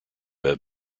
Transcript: have